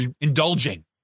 indulging